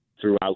throughout